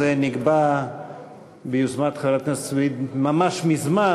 נקבע ביוזמת חברת הכנסת סויד ממש מזמן,